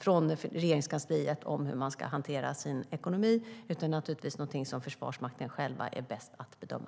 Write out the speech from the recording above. från Regeringskansliet om hur den ska hantera sin ekonomi, utan det är Försvarsmakten naturligtvis själv bäst på att bedöma.